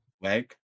Leg